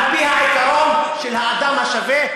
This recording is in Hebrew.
על-פי העיקרון של האדם השווה,